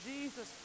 Jesus